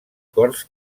corts